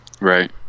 right